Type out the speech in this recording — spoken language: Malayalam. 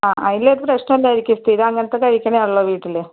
ആ അല്ലെങ്കില് പ്രശ്നമില്ലായിരിക്കും സ്ഥിരം ഒക്കെ കഴിക്കുന്നതാണല്ലോ വീട്ടില്